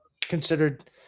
considered